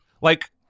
Like-